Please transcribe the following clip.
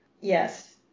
Yes